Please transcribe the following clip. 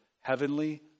heavenly